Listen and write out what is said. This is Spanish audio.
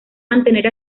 mantener